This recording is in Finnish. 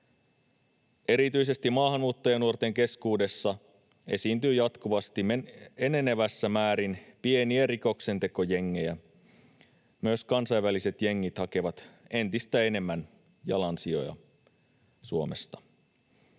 ”Erityisesti maahanmuuttajanuorten keskuudessa esiintyy jatkuvasti enenevässä määrin pieniä rikoksentekojengejä. Myös kansainväliset jengit hakevat entistä enemmän jalansijoja Suomesta.”